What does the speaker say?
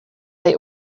they